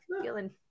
feeling